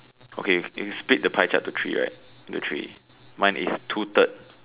okay if you split the pie chart to three right into three mine is two third